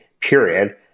period